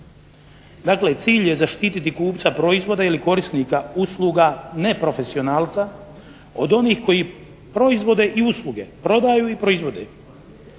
Dakle cilj je zaštititi kupca proizvoda ili korisnika usluga neprofesionalca od onih koji proizvode i usluge prodaju i proizvode